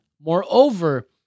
Moreover